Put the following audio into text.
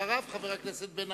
ואחריו, חבר הכנסת מיכאל בן-ארי.